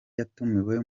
yatumiwe